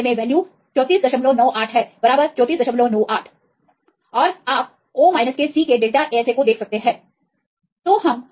तो इस मामले में वैल्यू 3498 है बराबर 3498 और आप O के C के डेल्टा ASA को देख सकते हैं